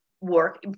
work